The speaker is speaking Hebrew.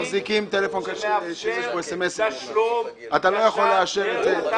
טלפון שיש בו SMS. אתה לא יכול לאשר את זה,